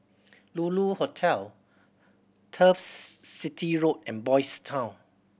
Lulu Hotel Turf City Road and Boys' Town